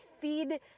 feed